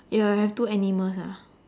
if I have two animals ah